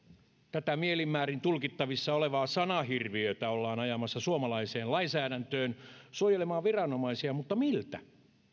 tätä mielin määrin tulkittavissa olevaa sanahirviötä ollaan ajamassa suomalaiseen lainsäädäntöön suojelemaan viranomaisia mutta miltä